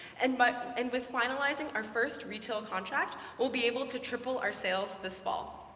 and but and with finalizing our first retail contract, we'll be able to triple our sales this fall.